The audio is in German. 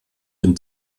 dem